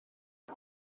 mae